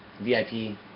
VIP